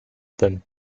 them